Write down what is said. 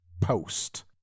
post